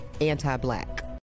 anti-black